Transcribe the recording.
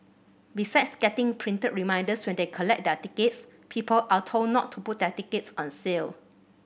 besides getting printed reminders when they collect their tickets people are told not to put their tickets on sale